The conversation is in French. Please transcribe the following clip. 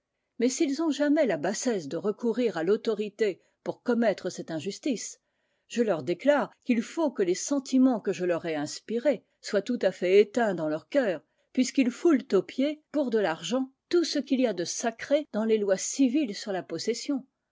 mais s'ils ont jamais la bassesse de recourir à l'autorité pour commettre cette injustice je leur déclare qu'il faut que les sentiments que je leur ai inspirés soient tout à fait éteints dans leurs cœurs puisqu'ils foulent aux pieds pour de l'argent tout ce qu'il y a de sacré dans les lois civiles sur la possession